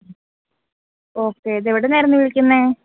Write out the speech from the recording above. okay ഇതെവിടെ നിന്നായിരുന്നു വിളിക്കുന്നത്